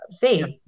Faith